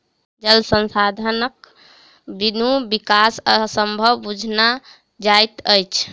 जल संसाधनक बिनु विकास असंभव बुझना जाइत अछि